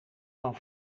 van